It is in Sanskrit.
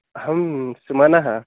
अहं सुमनः